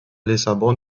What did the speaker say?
lissabon